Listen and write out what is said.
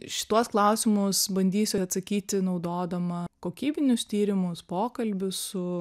šituos klausimus bandysiu atsakyti naudodama kokybinius tyrimus pokalbius su